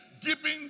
Giving